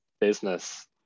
business